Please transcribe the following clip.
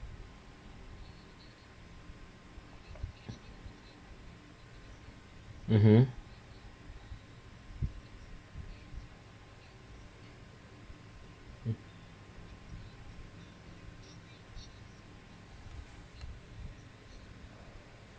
mmhmm mm